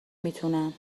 میتونم